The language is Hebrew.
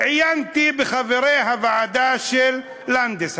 עיינתי ברשימת חברי הוועדה של לנדס,